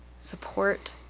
support